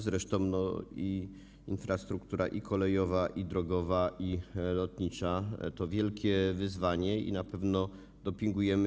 Zresztą infrastruktura i kolejowa, i drogowa, i lotnicza to wielkie wyzwanie i na pewno tutaj to dopingujemy.